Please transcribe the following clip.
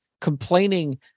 complaining